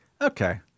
okay